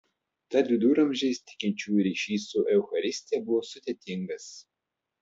tad viduramžiais tikinčiųjų ryšys su eucharistija buvo sudėtingas